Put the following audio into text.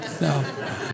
no